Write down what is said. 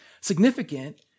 significant